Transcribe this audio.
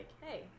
Hey